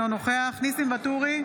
אינו נוכח ניסים ואטורי,